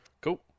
Cool